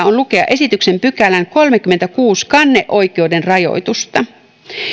on lukea esityksen kolmannenkymmenennenkuudennen pykälän kanneoikeuden rajoitusta